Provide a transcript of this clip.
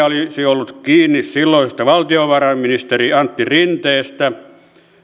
olisi ollut kiinni silloisesta valtiovarainministeri antti rinteestä